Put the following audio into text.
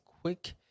quick